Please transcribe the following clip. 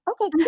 Okay